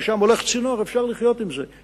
ששם הולך צינור ואפשר לחיות עם זה.